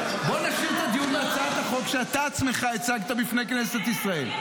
בוא נקיים דיון בהצעת החוק שאתה עצמך הצגת בפני כנסת ישראל.